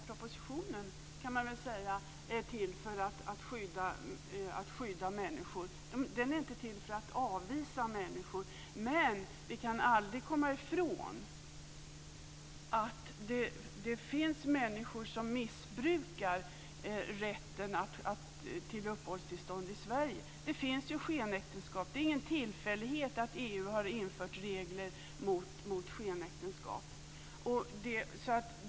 Fru talman! Man kan säga att hela propositionen är till för att skydda människor. Den är inte till för att avvisa människor. Men vi kan aldrig komma ifrån att det finns människor som missbrukar rätten till uppehållstillstånd i Sverige. Det finns ju skenäktenskap. Det är ingen tillfällighet att EU har infört regler mot skenäktenskap.